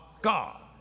God